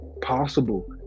possible